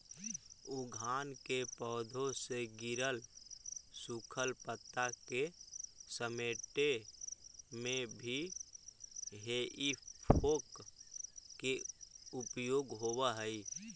उद्यान के पौधा से गिरल सूखल पता के समेटे में भी हेइ फोक के उपयोग होवऽ हई